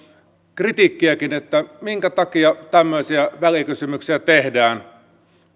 kritiikkiäkin minkä takia tämmöisiä välikysymyksiä tehdään